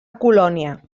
colònia